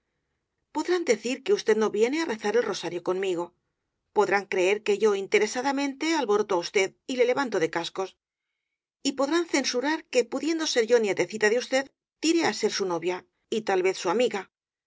podrán decir que usted no viene á rezar el rosario conmigo podrán creer que yo interesada mente alboroto á usted y le levanto de cascos y podrán censurar que pudiendo ser yo nietecita de usted tire á ser su novia y tal vez su amiga